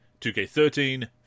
2K13